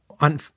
on